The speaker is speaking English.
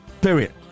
Period